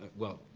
well,